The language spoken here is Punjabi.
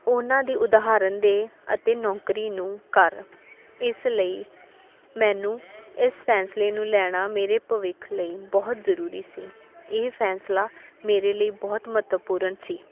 ਉਹਨਾਂ ਦੀ ਉਦਾਹਰਨ ਦੇ ਅਤੇ ਨੌਕਰੀ ਨੂੰ ਕਰ ਇਸ ਲਈ ਮੈਨੂੰ ਇਸ ਫੈਸਲੇ ਨੂੰ ਲੈਣਾ ਮੇਰੇ ਭਵਿੱਖ ਲਈ ਬਹੁਤ ਜ਼ਰੂਰੀ ਸੀ ਇਹ ਫੈਸਲਾ ਮੇਰੇ ਲਈ ਬਹੁਤ ਮਹੱਤਵਪੂਰਨ ਸੀ